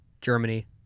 Germany